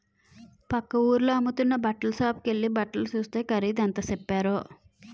పక్క వూరిలో అమ్ముతున్న బట్టల సాపుకెల్లి బట్టలు సూస్తే ఖరీదు ఎంత సెప్పారో